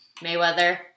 Mayweather